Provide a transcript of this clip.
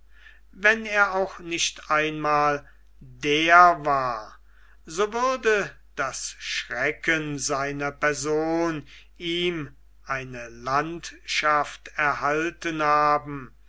wenn er auch nicht einmal der war so würde das schrecken seiner person ihm eine landschaft erhalten haben